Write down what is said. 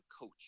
coach